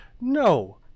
No